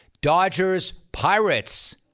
Dodgers-Pirates